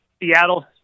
seattle